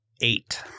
Eight